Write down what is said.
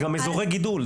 אין אזורי גידול.